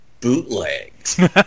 bootlegs